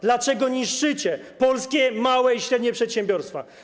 Dlaczego niszczycie polskie małe i średnie przedsiębiorstwa?